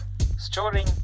storing